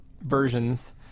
versions